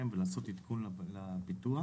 ולעשות עדכון לפיתוח,